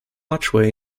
archway